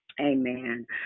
Amen